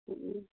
हम्म